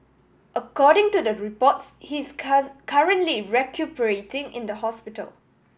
according to the reports he is currently recuperating in the hospital